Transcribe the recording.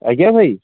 ଆଜ୍ଞା ଭାଇ